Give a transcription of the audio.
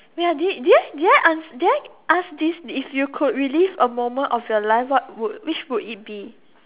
wait ah did did I ask did I ask this if you could relive a moment of your life what would which would it be